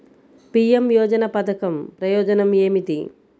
PM యోజన పధకం ప్రయోజనం ఏమితి?